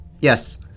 yes